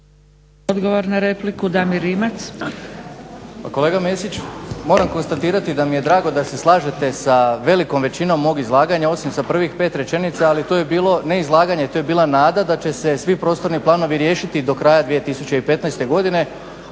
Odgovor na repliku, Damir Rimac.